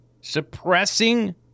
suppressing